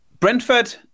Brentford